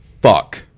Fuck